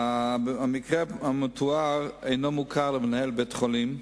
1 3. המקרה המתואר אינו מוכר למנהל בית-החולים,